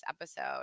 episode